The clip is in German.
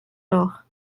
noch